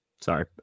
Sorry